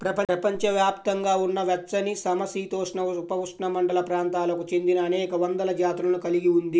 ప్రపంచవ్యాప్తంగా ఉన్న వెచ్చనిసమశీతోష్ణ, ఉపఉష్ణమండల ప్రాంతాలకు చెందినఅనేక వందల జాతులను కలిగి ఉంది